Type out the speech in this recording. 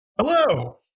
Hello